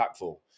impactful